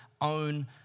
own